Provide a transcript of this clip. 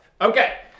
Okay